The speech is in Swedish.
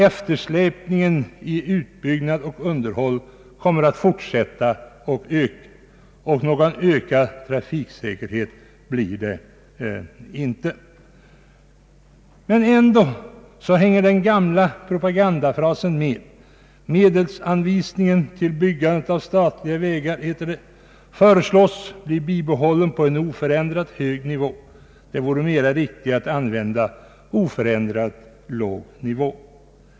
Eftersläpningen i fråga om utbyggnad och underhåll kommer att fortsätta och öka. Någon ökad trafiksäkerhet blir det inte. Ändå hänger den gamla propagandafrasen med: ”Medelsanvisningen = till byggandet av statliga vägar föreslås bli bibehållen på en oförändrat hög nivå.” Det vore mera riktigt att använda uttrycket oförändrat låg nivå i stället.